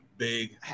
Big